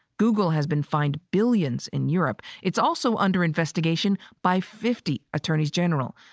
google has been fined billions in europe. it's also under investigation by fifty attorneys general.